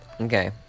okay